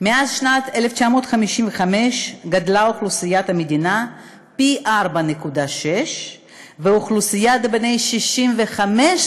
מאז שנת 1955 גדלה אוכלוסיית המדינה פי 4.6 ואוכלוסיית בני ה-65,